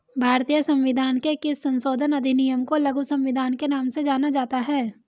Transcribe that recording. भारतीय संविधान के किस संशोधन अधिनियम को लघु संविधान के नाम से जाना जाता है?